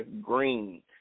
green